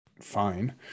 fine